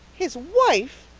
his wife!